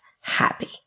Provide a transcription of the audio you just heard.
happy